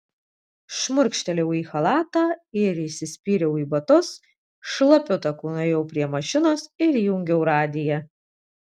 šmurkštelėjau į chalatą ir įsispyriau į batus šlapiu taku nuėjau prie mašinos ir įjungiau radiją